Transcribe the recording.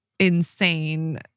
insane